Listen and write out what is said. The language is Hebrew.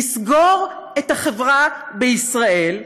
לסגור את החברה בישראל,